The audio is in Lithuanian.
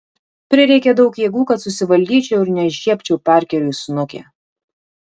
prireikė daug jėgų kad susivaldyčiau ir nežiebčiau parkeriui į snukį